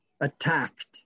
attacked